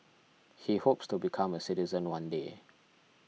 he hopes to become a citizen one day